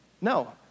No